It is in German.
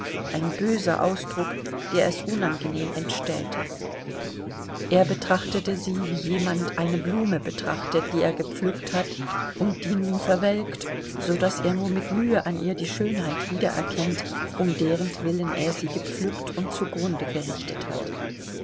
ein böser ausdruck der es unangenehm entstellte er betrachtete sie wie jemand eine blume betrachtet die er gepflückt hat und die nun verwelkt so daß er nur mit mühe an ihr die schönheit wiedererkennt um derentwillen er sie gepflückt und zugrunde gerichtet hat